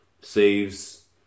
saves